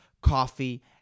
coffee